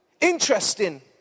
Interesting